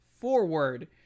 forward